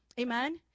Amen